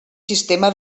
sistema